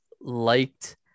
liked